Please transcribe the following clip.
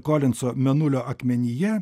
kolinco mėnulio akmenyje